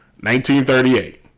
1938